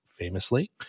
famously